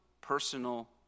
personal